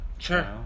Sure